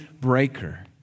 breaker